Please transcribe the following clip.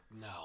No